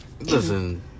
Listen